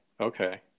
Okay